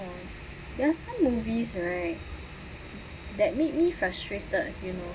there are some movies right that made me frustrated you know